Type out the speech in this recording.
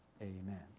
amen